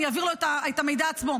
אני אעביר לו את המידע עצמו.